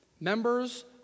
Members